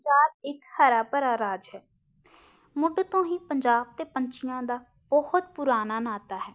ਪੰਜਾਬ ਇੱਕ ਹਰਾ ਭਰਾ ਰਾਜ ਹੈ ਮੁੱਢ ਤੋਂ ਹੀ ਪੰਜਾਬ ਅਤੇ ਪੰਛੀਆਂ ਦਾ ਬਹੁਤ ਪੁਰਾਣਾ ਨਾਤਾ ਹੈ